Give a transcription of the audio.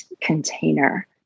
container